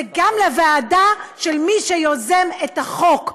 זה גם לוועדה של מי שיוזם את החוק.